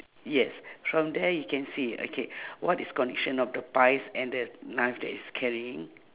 yes from there you can see okay what is connection of the pies and that knife that he's carrying